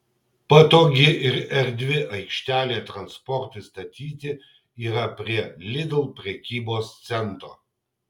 patogi ir erdvi aikštelė transportui statyti yra prie lidl prekybos centro